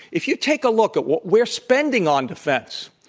if you take a look at what we're spending on defense,